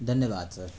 धन्यवाद सर